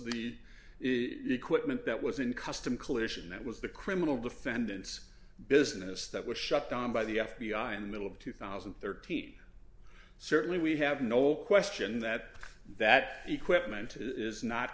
was the equipment that was in custom collision that was the criminal defendants business that was shut down by the f b i in the middle of two thousand and thirteen certainly we have no question that that equipment is not